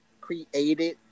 created